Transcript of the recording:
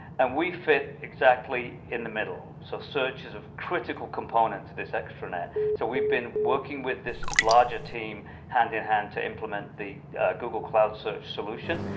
and we fit exactly in the middle. so search is a critical component to this extranet. so we've been working with this larger team hand-in-hand to implement the google cloud search solution.